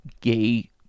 gay